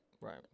Right